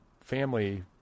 family